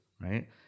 right